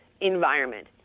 environment